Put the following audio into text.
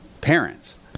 parents